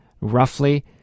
roughly